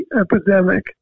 epidemic